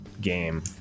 game